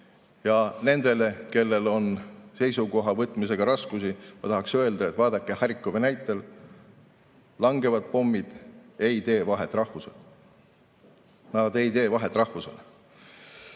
Nendele, kellel on seisukoha võtmisega raskusi, ma tahaks öelda, et vaadake Harkivi – langevad pommid ei tee vahet rahvusel, need ei tee vahet